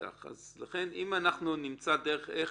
אם נמצא דרך איך